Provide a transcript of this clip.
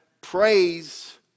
praise